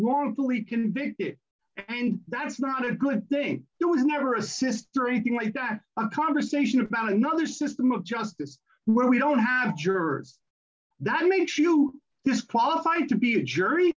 wrongfully convicted and that's not a good thing it was never a sister a thing like that a conversation about another system of justice where we don't have jurors that makes you qualified to be a jury